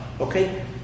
okay